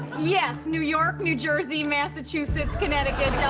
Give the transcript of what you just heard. yes, new york, new jersey, massachusetts, connecticut,